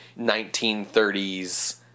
1930s